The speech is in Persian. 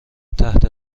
تحت